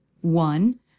One